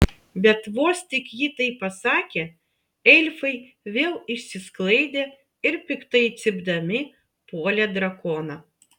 bet vos tik ji tai pasakė elfai vėl išsisklaidė ir piktai cypdami puolė drakoną